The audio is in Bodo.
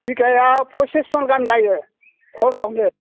बिगायाव पसिसमन गाहाम जायो खमावनो